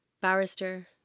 barrister